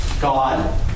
God